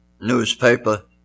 newspaper